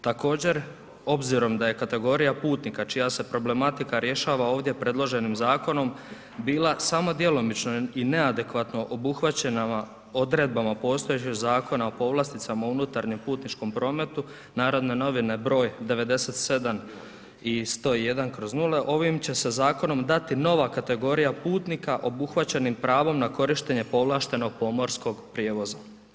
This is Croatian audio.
Također, obzirom da je kategorija putnika čija se problematika rješava ovdje predloženim zakonom bila samo djelomično i neadekvatno obuhvaćena odredbama postojećeg Zakona o povlasticama o unutarnjem putničkom prometu NN 97/00 i 101/00, ovim će se zakonom dato nova kategorija putnika obuhvaćenim pravom na korištenje povlaštenog pomorskog prijevoza.